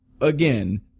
Again